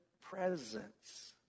presence